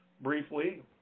briefly